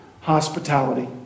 hospitality